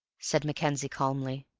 said mackenzie calmly.